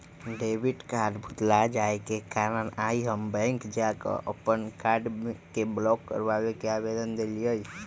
debit card भुतला जाय के कारण आइ हम बैंक जा कऽ अप्पन कार्ड के ब्लॉक कराबे के आवेदन देलियइ